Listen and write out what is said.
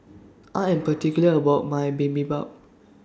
I Am particular about My Bibimbap